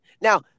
Now